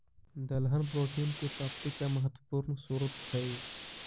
दलहन प्रोटीन की प्राप्ति का महत्वपूर्ण स्रोत हई